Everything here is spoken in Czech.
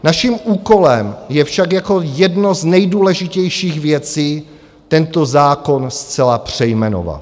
Naším úkolem je však jako jedna z nejdůležitějších věcí tento zákon zcela přejmenovat.